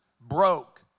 broke